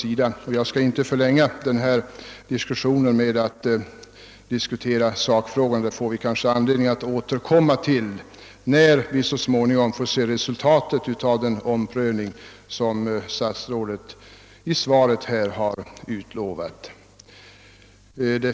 Jag skall därför inte förlänga debatten med att diskutera sakfrågan; den får vi kanske anledning att återkomma till när vi så småningom får se resultatet av den omprövning som statsrådet i sitt svar har utlovat.